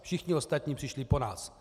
Všichni ostatní přišli po nás.